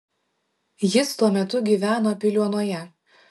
jis tuo metu gyveno piliuonoje